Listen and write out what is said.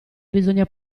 bisogna